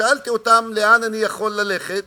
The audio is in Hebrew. שאלתי אותם: לאן אני יכול ללכת?